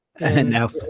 No